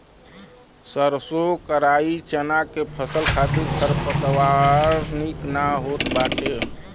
सरसों कराई चना के फसल खातिर खरपतवार निक ना होत बाटे